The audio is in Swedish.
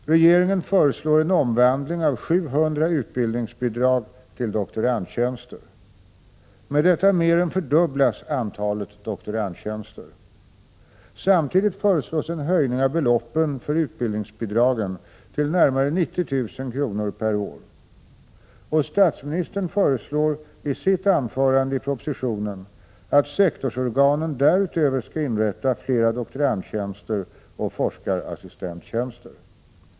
Regeringen föreslår en omvandling av 700 utbildningsbidrag till doktorandtjänster. Med detta mer än fördubblas antalet doktorandtjänster. Samtidigt föreslås en höjning av beloppen för utbildningsbidragen till närmare 90 000 kr. per år. Och statsministern föreslår i sitt anförande i propositionen att sektorsorganen därutöver skall inrätta flera doktorandtjänster och forskarassistenttjänster.